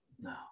No